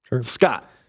Scott